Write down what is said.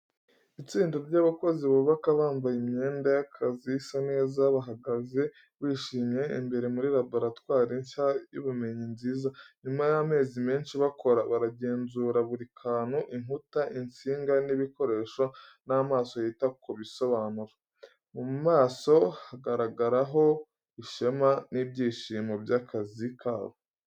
Itsinda ry’abakozi bubaka, bambaye imyenda y’akazi isa neza, bahagaze bishimye imbere muri laboratwari nshya y’ubumenyi nziza. Nyuma y’amezi menshi bakora, baragenzura buri kantu: inkuta, insinga n’ibikoresho n’amaso yita ku bisobanuro. Mu maso habagaragaraho ishema n’ibyishimo by’akazi kabo.